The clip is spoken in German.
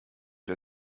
der